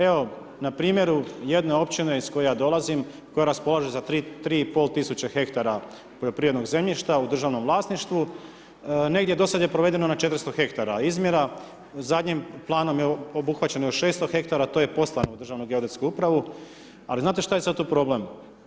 Evo na primjeru jedne općine iz koje ja dolazim, koja raspolaže sa 3500 ha poljoprivrednog zemljišta u državnom vlasništvu, negdje do sad je provedeno na 400 ha izmjera, zadnjim planom je obuhvaćeno 600 ha, to je poslano u Državnu geodetsku upravu ali znate šta je sad tu problem?